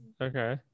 Okay